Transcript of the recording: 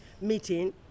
meeting